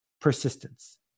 persistence